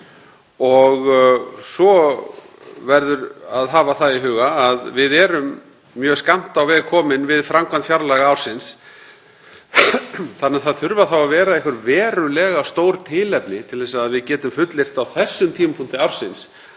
Svo verður að hafa í huga að við erum mjög skammt á veg komin við framkvæmd fjárlagaársins þannig að það þurfa þá að vera einhver verulega stór tilefni til þess að við getum fullyrt á þessum tímapunkti ársins